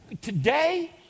Today